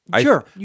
Sure